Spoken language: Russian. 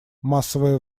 массовое